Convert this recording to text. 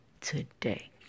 today